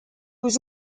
was